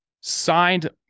signed